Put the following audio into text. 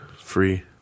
free